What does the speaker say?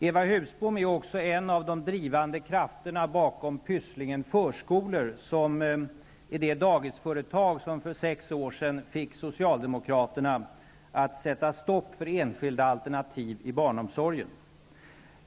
Eva Husbom är också en av de drivande krafterna bakom Pysslingen Förskola AB, som är det dagisföretag som för sex år sedan fick socialdemokraterna att sätta stopp för enskilda alternativ i barnomsorgen.